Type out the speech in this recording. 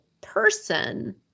person